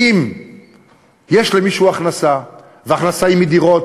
אם יש למישהו הכנסה וההכנסה היא מדירות,